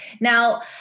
Now